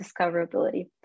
discoverability